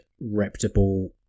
reputable